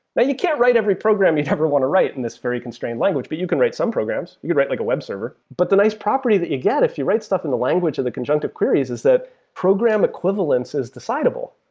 you can't write every program you never want to write in this very constraint language, but you can write some programs. you'd write like a webserver. but the nice property that you get if you write stuff in the language of the conjunctive queries is that program equivalence is decidable.